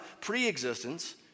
pre-existence